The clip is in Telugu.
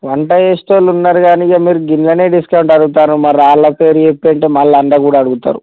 వంటలు చేసేటోళ్ళు ఉన్నారు గానీ ఇక మీరు వీనిలోనే డిస్కౌంట్ అడుగుతారు మళ్ళీ వాళ్ళ పేర్లు చెప్పింటే మళ్ళా అందులో కూడా అడుగుతారు